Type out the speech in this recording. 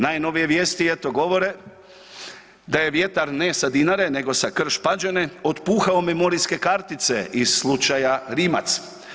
Najnovije vijesti eto, govore da je vjetar, ne sa Dinare, nego sa Krš-Pađene otpuhao memorijske kartice iz slučaja Rimac.